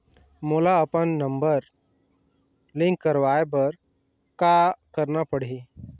मोला अपन number link करवाये बर का करना पड़ही?